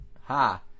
ha